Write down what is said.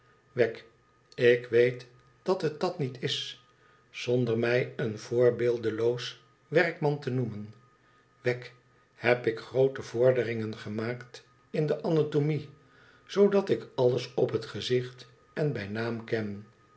ik weet dat het dat niet is zonder mij een voorbeeldeloos werkman te noemen wegg heb ik groote vorderingen gemaakt in de anatomie zoodat ik alles op het gezicht en bij naam ken